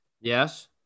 Yes